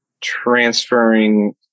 transferring